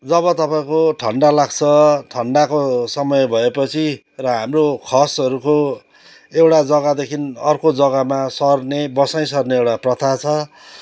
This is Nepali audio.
जब तपाईँको ठन्डा लाग्छ ठन्डाको समय भएपछि र हाम्रो खसहरूको एउटा जग्गादेखिको अर्को जग्गामा सर्ने बसाइँ सर्ने एउटा प्रथा छ